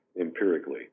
empirically